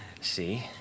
See